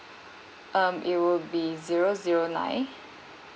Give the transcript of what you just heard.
um it will be zero zero nine